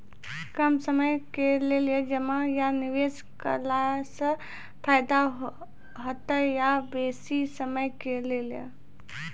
कम समय के लेल जमा या निवेश केलासॅ फायदा हेते या बेसी समय के लेल?